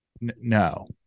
No